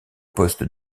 poste